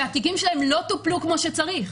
שהתיקים שלהן לא טופלו כמו שצריך,